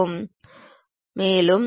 அந்த முன் விமானம் எங்களிடம் இருக்கும்